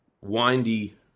windy